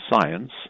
science